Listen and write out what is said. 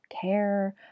care